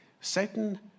Satan